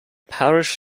parish